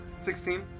Sixteen